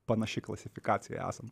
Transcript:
panaši klasifikacija esam